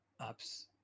apps